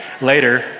later